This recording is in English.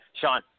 Sean